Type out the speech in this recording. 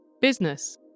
Business